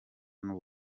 n’u